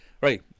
Right